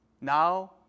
now